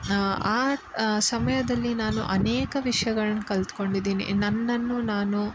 ಆ ಸಮಯದಲ್ಲಿ ನಾನು ಅನೇಕ ವಿಷ್ಯಗಳ್ನ ಕಲ್ತುಕೊಂಡಿದ್ದೀನಿ ನನ್ನನ್ನು ನಾನು